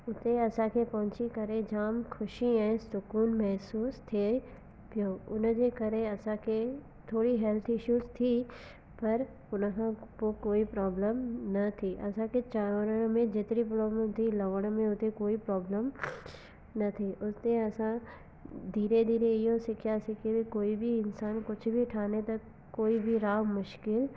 हुते असांखे पहुंची करे जाम ख़ुशी ऐं सुकूनु महसूस थिए पियो उन जे करे असांखे थोरी हेल्थ इशूज़ थी पर उन खां पोइ कोई प्रॉब्लम न थी असांखे चढ़ण में जेतिरी प्रॉब्लम थी लहिण में ओतिरी कोई प्रॉब्लम न थीउते असां धीरे धीरे इहो सिखियासीं की कोई बि इंसानु कुझ बि ठाने त कोई बि राह मुश्किल